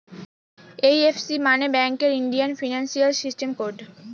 IFC মানে ব্যাঙ্কের Indian financial system code